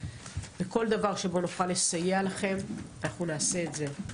וכל דבר שבו נוכל לסייע לכם, אנחנו נעשה את זה.